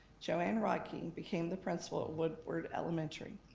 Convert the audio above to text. joanne rikey became the principal at woodward elementary.